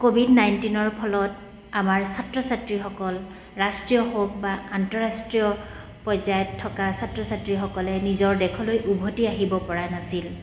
Covid নাইণ্টিনৰ ফলত আমাৰ ছাত্ৰ ছাত্ৰীসকল ৰাষ্ট্ৰীয় হওক বা আন্তঃৰাষ্ট্ৰীয় পৰ্যায়ত থকা ছাত্ৰ ছাত্ৰীসকলে নিজৰ দেশলৈ উভতি আহিব পৰা নাছিল